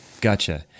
Gotcha